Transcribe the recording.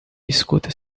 escuta